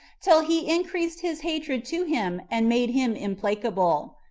till he increased his hatred to him and made him implacable,